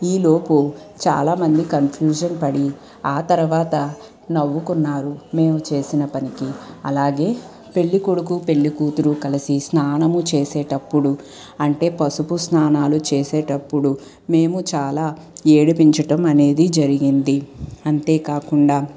ఈ లోపు చాలా మంది కన్ఫ్యూషన్ పడి ఆ తర్వాత నవ్వుకున్నారు మేము చేసిన పనికి అలాగే పెళ్ళికొడుకు పెళ్ళికూతురు కలసి స్నానం చేసేటప్పుడు అంటే పసుపు స్నానాలు చేసేటప్పుడు మేము చాలా ఏడిపించడం అనేది జరిగింది అంతేకాకుండా